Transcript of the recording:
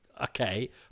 okay